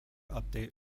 update